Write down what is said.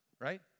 right